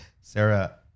Sarah